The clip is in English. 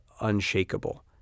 Unshakable